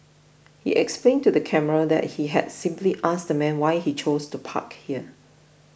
he explained to the camera that he had simply asked the man why he chose to park there